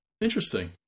Interesting